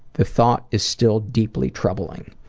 the thought is still deeply troubling.